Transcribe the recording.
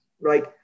right